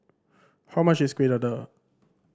how much is Kueh Dadar